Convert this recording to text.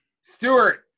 Stewart